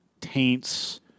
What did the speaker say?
taints